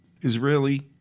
Israeli